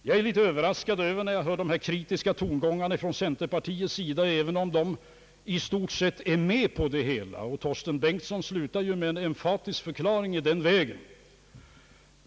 Jag är litet överraskad när jag hör de kritiska tongångarna från centerpartiets sida, även om partiet i stort sett är med på det hela — herr Torsten Bengtson slutade ju med en emfatisk förklaring i det avseendet.